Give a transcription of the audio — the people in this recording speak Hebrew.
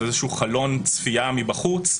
זה איזה חלון צפייה מבחוץ,